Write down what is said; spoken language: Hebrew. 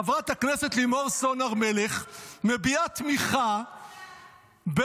חברת הכנסת לימור סון הר מלך מביעה תמיכה -- הוא לא רוצח.